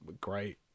great